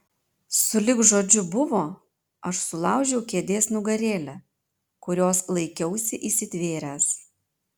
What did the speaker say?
sulig žodžiu buvo aš sulaužiau kėdės nugarėlę kurios laikiausi įsitvėręs